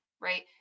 right